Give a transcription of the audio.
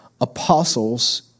apostles